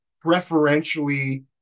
preferentially